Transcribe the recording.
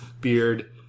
beard